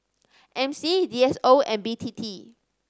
M C D S O and B T T